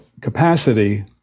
capacity